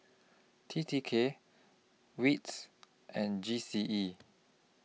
T T K WITS and G C E